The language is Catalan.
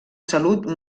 salut